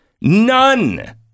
None